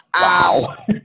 Wow